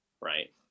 right